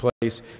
place